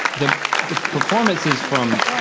the the performances from